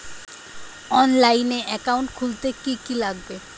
অনলাইনে একাউন্ট খুলতে কি কি লাগবে?